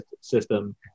system